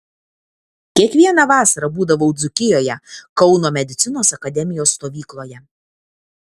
kiekvieną vasarą būdavau dzūkijoje kauno medicinos akademijos stovykloje